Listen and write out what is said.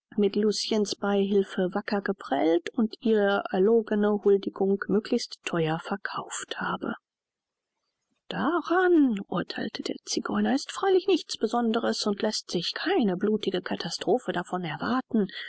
mit luciens beihilfe wacker geprellt und ihr erlogene huldigung möglichst theuer verkauft habe daran urtheilte der zigeuner ist freilich nichts besonderes und läßt sich keine blutige katastrophe davon erwarten